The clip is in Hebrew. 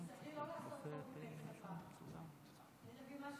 אני חושבת שאולי הדבר הכי חשוב להתייחס אליו מבחינתי